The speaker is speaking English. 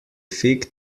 fig